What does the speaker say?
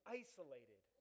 isolated